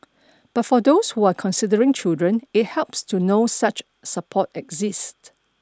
but for those who are considering children it helps to know such support exists